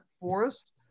forest